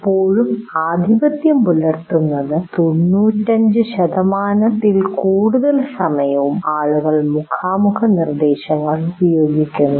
ഇപ്പോഴും ആധിപത്യം പുലർത്തുന്നത് 95 ശതമാനത്തിൽ കൂടുതൽ സമയവും ആളുകൾ മുഖാമുഖനിർദ്ദേശങ്ങൾ ഉപയോഗിക്കുന്നു